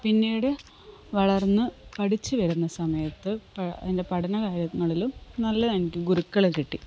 പിന്നീട് വളർന്ന് പഠിച്ചുവരുന്ന സമയത്ത് എൻ്റെ പഠനകാലങ്ങളിലും നല്ല എനിക്ക് ഗുരുക്കളെ കിട്ടി